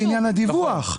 בעניין הדיווח.